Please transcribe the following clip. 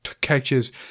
catches